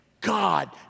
God